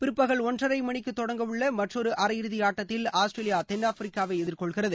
பிற்பகல் ஒன்றரை மணிக்கு தொடங்க உள்ள மற்றொரு அரை இறுதி ஆட்டத்தில் ஆஸ்திரேலியா தென்னாப்பிரிக்காவை எதிர்கொள்கிறது